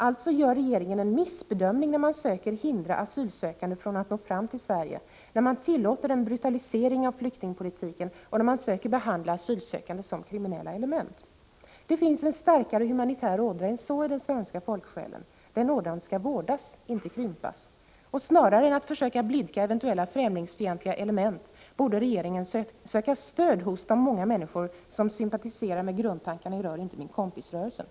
Regeringen gör alltså en missbedömning när den söker hindra asylsökande från att nå fram till Sverige. Man tillåter ju, som sagt, en brutalisering av flyktingpolitiken, och man försöker behandla asylsökande som kriminella element. Den humanitära ådran i den svenska folksjälen är dock starkare än så. Den ådran skall vårdas — det gäller alltså att inte låta den krympa. Snarare än att försöka blidka eventuella främlingsfientliga element borde regeringen söka stöd hos de många människor som sympatiserar med grundtankarna i ”Rör inte min kompis”-rörelsen.